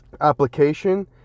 application